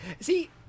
See